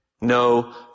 No